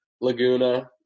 Laguna